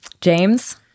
james